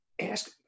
Ask